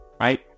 right